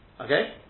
Okay